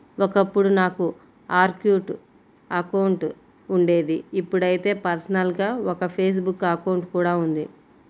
ఒకప్పుడు నాకు ఆర్కుట్ అకౌంట్ ఉండేది ఇప్పుడైతే పర్సనల్ గా ఒక ఫేస్ బుక్ అకౌంట్ కూడా ఉంది